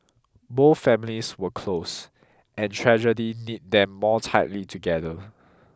both families were close and tragedy knit them more tightly together